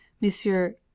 Monsieur